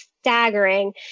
staggering